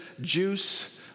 juice